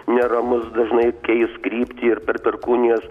neramus dažnai keis kryptį ir per perkūnijas